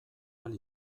ahal